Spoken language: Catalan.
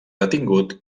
detingut